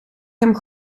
hem